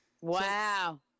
Wow